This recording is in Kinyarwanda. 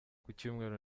kucyumweru